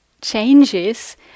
changes